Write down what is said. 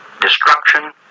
destruction